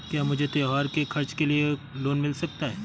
क्या मुझे त्योहार के खर्च के लिए लोन मिल सकता है?